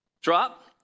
drop